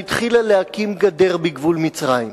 התחילה להקים גדר בגבול מצרים,